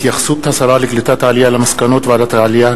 התייחסות השרה לקליטת העלייה למסקנות ועדת העלייה,